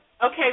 Okay